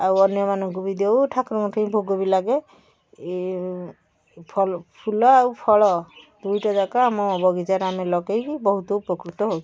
ଆଉ ଅନ୍ୟମାନଙ୍କୁ ବି ଦେଉ ଠାକୁରଙ୍କ ଠେଇଁ ଭୋଗ ବି ଲାଗେ ଫଲ ଫୁଲ ଆଉ ଫଳ ଦୁଇଟା ଯାକ ଆମ ବଗିଚାରେ ଆମେ ଲଗେଇକି ବହୁତ ଉପକୃତ ହେଉଛୁ